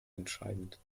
entscheidend